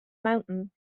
mountain